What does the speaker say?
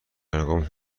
ارقام